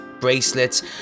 bracelets